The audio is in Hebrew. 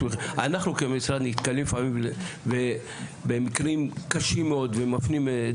אנחנו כמשרד נתקלים לפעמים במקרים קשים מאוד ומפנים את